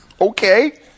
Okay